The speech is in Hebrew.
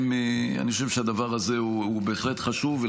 אני חשוב שהדבר הזה הוא בהחלט חשוב.